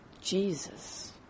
Jesus